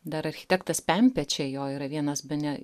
dar architektas pempė čia jo yra vienas bene